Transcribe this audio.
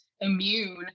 immune